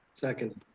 second.